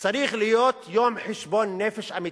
צריך להיות יום של חשבון נפש אמיתי.